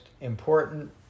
Important